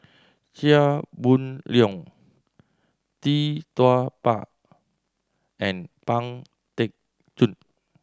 Chia Boon Leong Tee Tua Ba and Pang Teck Joon